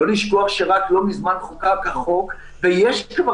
לא לשכוח שלא מזמן נחקק החוק ויש כבר